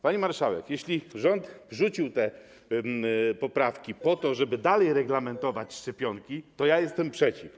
Pani marszałek, jeśli rząd wrzucił te poprawki po to, żeby dalej reglamentować szczepionki, to ja jestem przeciw.